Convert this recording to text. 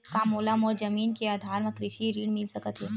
का मोला मोर जमीन के आधार म कृषि ऋण मिल सकत हे?